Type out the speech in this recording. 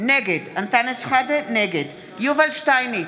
נגד יובל שטייניץ,